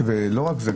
ולא רק זה,